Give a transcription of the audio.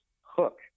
hook